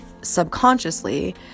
subconsciously